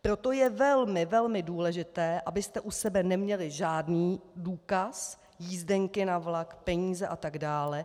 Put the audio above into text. Proto je velmi, velmi důležité, abyste u sebe neměli žádný důkaz jízdenky na vlak, peníze, atd.